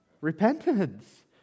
Repentance